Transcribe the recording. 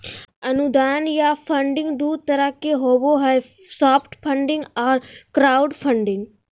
अनुदान या फंडिंग दू तरह के होबो हय सॉफ्ट फंडिंग आर क्राउड फंडिंग